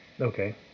Okay